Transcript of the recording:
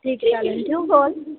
ठीक आहे चालेल ठेऊ फोन